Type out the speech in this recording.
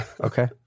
Okay